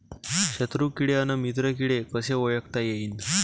शत्रु किडे अन मित्र किडे कसे ओळखता येईन?